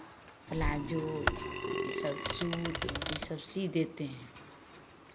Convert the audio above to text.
palazzo ये सब suit ये सब सिल देते हैं